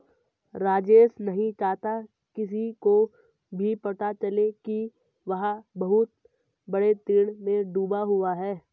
राजेश नहीं चाहता किसी को भी पता चले कि वह बहुत बड़े ऋण में डूबा हुआ है